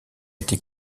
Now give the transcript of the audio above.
été